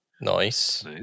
Nice